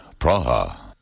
Praha